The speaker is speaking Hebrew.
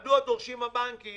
מדוע דורשים הבנקים